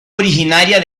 originaria